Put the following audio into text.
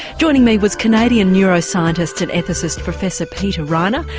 joining me was canadian neuroscientist and ethicist professor peter reiner,